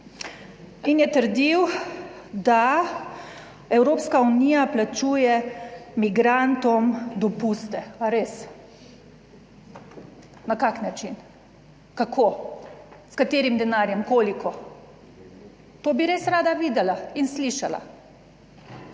in je trdil, da Evropska unija plačuje migrantom dopuste. A res? Na kakšen način, kako, s katerim denarjem, koliko? To bi res rada videla in slišala,